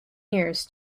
years